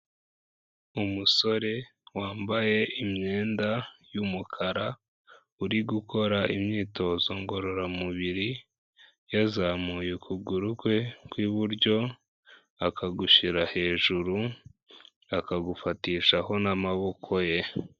Umusore wambaye imyenda y'umukara uri gukora imyitozo ngororamubiri, yazamuye ukuguru kwe kw'iburyo akagushyira hejuru akagufatishaho n'amaboko ye.